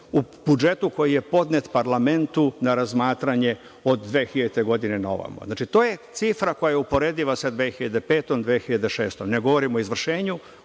u budžetu koji je podnet parlamentu na razmatranje od 2000. godine na ovamo. Znači, to je cifra koja je uporediva sa 2005, 2006. godinom. Ne govorim o izvršenju,